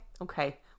okay